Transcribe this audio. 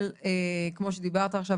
כמו שדיברת עכשיו,